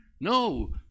No